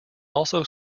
also